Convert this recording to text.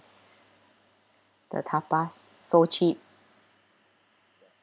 the tapas so cheap